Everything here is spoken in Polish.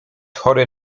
chory